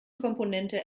komponente